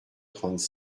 trente